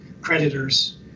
creditors